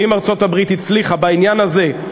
ואם ארצות-הברית הצליחה בעניין הזה,